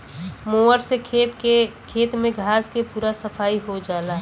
mower से खेत में घास के पूरा सफाई हो जाला